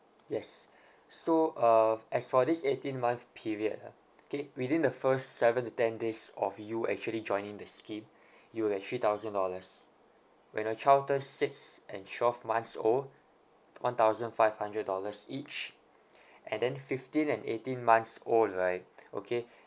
yes so uh as for this eighteen month period ah okay within the first seven to ten days of you actually joining the scheme you will get three thousand dollars when your child turns six and twelve months old one thousand five hundred dollars each and then fifteen and eighteen months old right okay